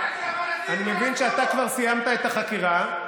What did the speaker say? אני מבין שאתה כבר סיימת את החקירה,